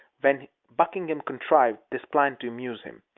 when buckingham contrived this plan to amuse him.